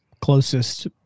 closest